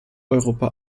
europa